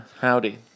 Howdy